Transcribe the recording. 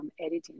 editing